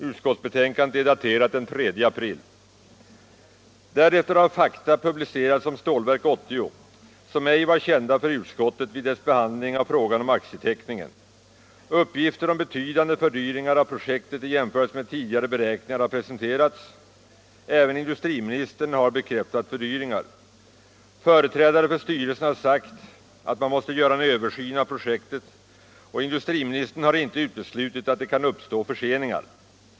Utskottsbetänkandet är daterat den 3 april. Därefter har fakta publicerats om Stålverk 80 som ej var kända för utskottet vid dess behandling av frågan om aktieteckningen. Uppgifter om betydande fördyringar av projektet i jämförelse med tidigare beräkningar har presenterats. Även industriministern har bekräftat fördyringar. Företrädare för styrelsen har sagt att man måste göra en översyn av projektet, och industriministern har inte uteslutit att det kan uppstå förseningar.